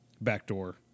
backdoor